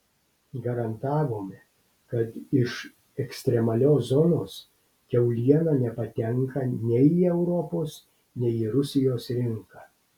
garantavome kad iš ekstremalios zonos kiauliena nepatenka nei į europos nei į rusijos rinką